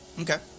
Okay